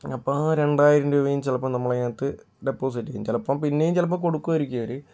അപ്പം ആ രണ്ടായിരം രൂപയും ചിലപ്പോൾ നമ്മള് അതിനകത്ത് ഡെപ്പോസിറ്റ് ചെയ്യും ചിലപ്പോൾ പിന്നേം ചിലപ്പോൾ കൊടുക്കുമായിരിക്കും അവര്